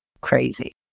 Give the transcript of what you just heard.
crazy